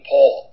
Paul